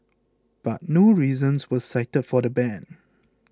but no reasons were cited for the ban